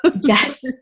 Yes